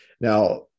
Now